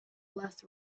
less